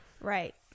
Right